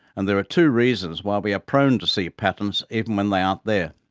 and there are two reasons why we are prone to see patterns even when they aren't there.